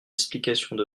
explications